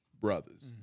brothers